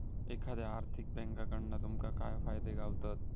एखाद्या आर्थिक बँककडना तुमका काय फायदे गावतत?